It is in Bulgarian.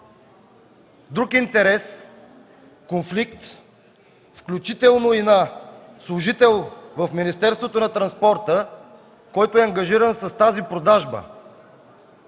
друг интерес, конфликт, включително и на служител в Министерството на транспорта, който е ангажиран с тази продажба?